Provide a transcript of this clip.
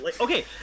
Okay